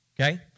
Okay